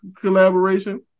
collaboration